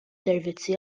servizzi